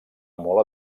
molt